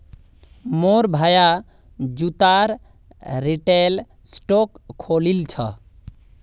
मोर भाया जूतार रिटेल स्टोर खोलील छ